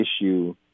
issue